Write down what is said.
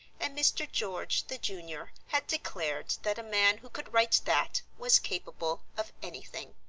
and mr. george, the junior, had declared that a man who could write that was capable of anything.